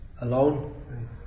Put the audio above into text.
alone